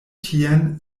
tien